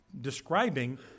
describing